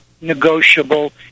negotiable